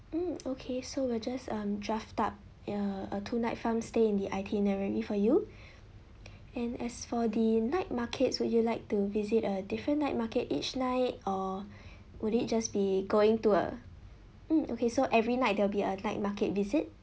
mm okay so we'll just um draft up uh a two night farm stay in the itinerary for you and as for the night markets would you like to visit a different night market each night or would it just be going to a mm okay so every night there will be a night market visit